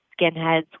skinheads